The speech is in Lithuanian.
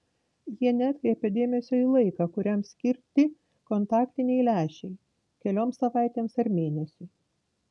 jie neatkreipia dėmesio į laiką kuriam skirti kontaktiniai lęšiai kelioms savaitėms ar mėnesiui